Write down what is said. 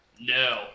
No